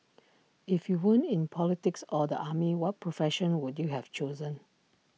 if you weren't in politics or the army what profession would you have chosen